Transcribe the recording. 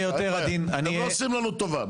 אין בעיה, אתם לא עושים את לנו טובה.